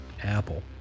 Apple